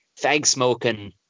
fag-smoking